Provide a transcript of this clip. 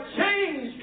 change